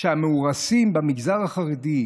שהמאורסים במגזר החרדי,